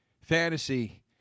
fantasy